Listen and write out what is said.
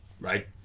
right